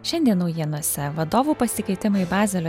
šiandien naujienose vadovų pasikeitimai bazelio